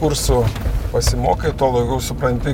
kursų pasimokai tuo labiau supranti